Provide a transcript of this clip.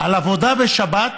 על עבודה בשבת